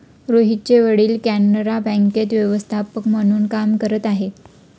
रोहितचे वडील कॅनरा बँकेत व्यवस्थापक म्हणून काम करत आहे